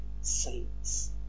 saints